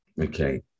okay